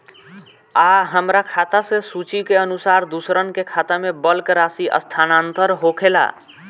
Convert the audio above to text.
आ हमरा खाता से सूची के अनुसार दूसरन के खाता में बल्क राशि स्थानान्तर होखेला?